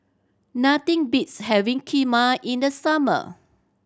nothing beats having Kheema in the summer